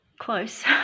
close